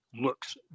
looks